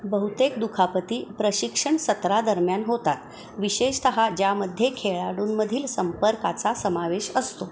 बहुतेक दुखापती प्रशिक्षण सत्रादरम्यान होतात विशेषतः ज्यामध्ये खेळाडूंमधील संपर्काचा समावेश असतो